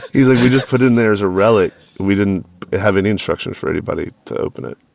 he's like, we just put it in there as a relic. we didn't have any instructions for anybody to open it.